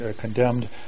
condemned